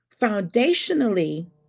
Foundationally